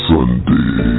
Sunday